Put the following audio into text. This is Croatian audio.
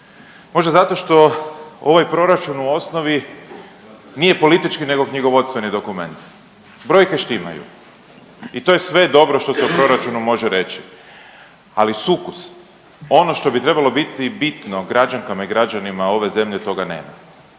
Možda zato što ovaj proračun u osnovi nije politički nego knjigovodstveni dokument, brojke štimaju i to je sve dobro što se o proračunu može reći, ali sukus, ono što bi trebalo biti bitno građankama i građanima ove zemlje, toga nema.